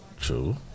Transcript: True